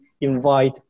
invite